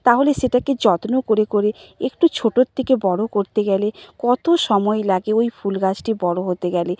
তাহলে সেটাকে যত্ন করে করে একটু ছোটোর থেকে বড় করতে গেলে কত সময় লাগে ওই ফুলগাছটি বড় হতে গেলে